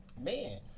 Man